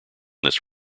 this